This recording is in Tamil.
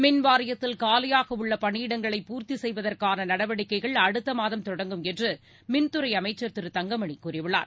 மின்வாரியத்தில் காலியாக உள்ள பணியிடங்களை பூர்த்தி செய்வதற்கான நடவடிக்கைகள் அடுத்தமாதம் தொடங்கும் என்று மின்துறை அமைச்சர் திரு தங்கமணி கூறியுள்ளார்